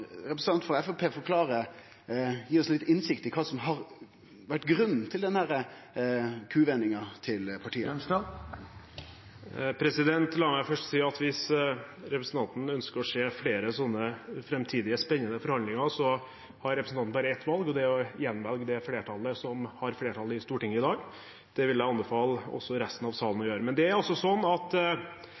representanten frå Framstegspartiet forklare og gje oss litt innsikt i kva som har vore grunnen til kuvendinga til partiet? La meg først si at hvis representanten ønsker å se flere slike spennende forhandlinger, har representanten bare ett valg, og det er å bidra til å gjenvelge det flertallet som har flertall i Stortinget i dag. Det vil jeg også anbefale resten av salen å gjøre. Det er aldri slik at